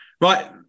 Right